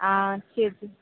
ஆ சரி சரி